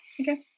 okay